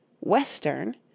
western